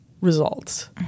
results